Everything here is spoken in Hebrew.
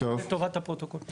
זה לטובת הפרוטוקול.